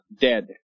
dead